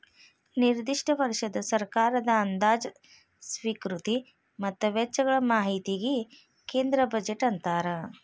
ನಿರ್ದಿಷ್ಟ ವರ್ಷದ ಸರ್ಕಾರದ ಅಂದಾಜ ಸ್ವೇಕೃತಿ ಮತ್ತ ವೆಚ್ಚಗಳ ಮಾಹಿತಿಗಿ ಕೇಂದ್ರ ಬಜೆಟ್ ಅಂತಾರ